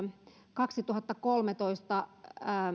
kaksituhattakolmetoista